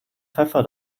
pfeffer